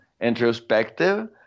introspective